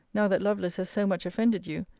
now that lovelace has so much offended you,